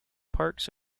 parks